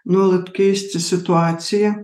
nuolat keisti situaciją